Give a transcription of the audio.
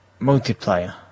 Multiplayer